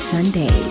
Sunday